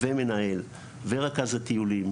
מנהל ורכז הטיולים,